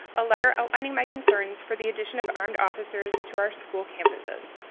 a letter outlining my concerns for the addition of armed officers to our school campuses.